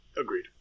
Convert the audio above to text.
agreed